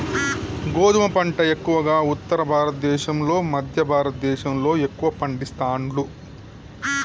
గోధుమ పంట ఎక్కువగా ఉత్తర భారత దేశం లో మధ్య భారత దేశం లో ఎక్కువ పండిస్తాండ్లు